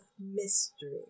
Mystery